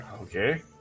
Okay